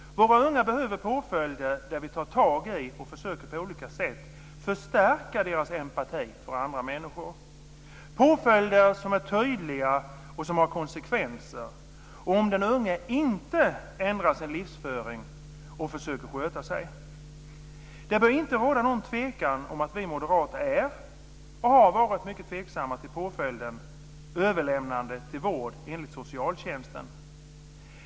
Våra unga behöver påföljder som innebär att vi tar tag i och på olika sätt försöker förstärka deras empati för andra människor, påföljder som är tydliga och som har konsekvenser, om den unge inte ändrar sin livsföring och försöker sköta sig. Det bör inte råda någon tvekan om att vi moderater är och har varit mycket tveksamma till påföljden överlämnande till vård enligt socialtjänsten.